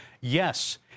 Yes